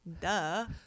duh